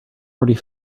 already